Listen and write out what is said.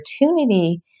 opportunity